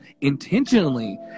intentionally